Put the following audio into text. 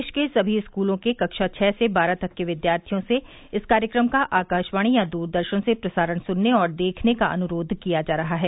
देश के सभी स्कूलों के कक्षा छः से बारह तक के विद्यार्थियों से इस कार्यक्रम का आकाशवाणी या दूरदर्शन से प्रसारण सुनने और देखने का अनुरोध किया जा रहा है